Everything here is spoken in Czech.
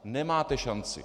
Nemáte šanci.